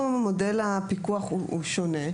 פה, מודל הפיקוח הוא שונה.